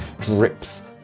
drips